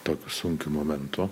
tokiu sunkiu momentu